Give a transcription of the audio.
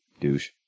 Douche